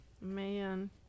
man